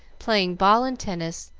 playing ball and tennis,